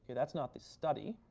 that's. not the study,